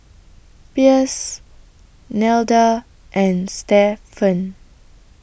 Pierce Nelda and Stephen